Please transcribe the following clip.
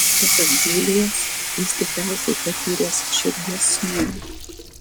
pasak džiulijos jis tikriausiai patyręs širdies smūgį